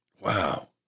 Wow